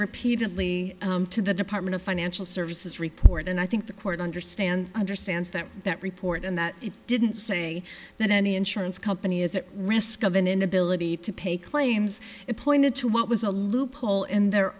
repeatedly to the department of financial services report and i think the court understand understands that that report and that it didn't say that any insurance company is at risk of an inability to pay claims it pointed to what was a loophole in their